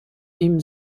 ihm